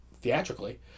theatrically